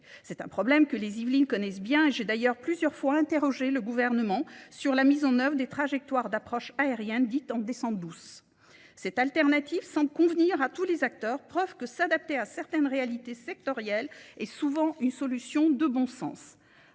C'est un problème que les Yvelines connaissent bien et j'ai d'ailleurs plusieurs fois interrogé le gouvernement sur la mise en œuvre des trajectoires d'approches aériennes dites en descente douce. Cette alternative semble convenir à tous les acteurs, preuve que s'adapter à certaines réalités sectorielles est souvent une solution de bon sens.